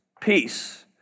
peace